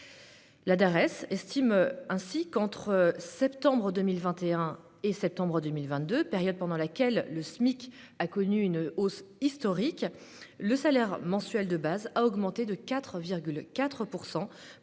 (Dares) estime ainsi qu'entre septembre 2021 et septembre 2022, période pendant laquelle le Smic a connu une hausse historique, le salaire mensuel de base a augmenté de 4,4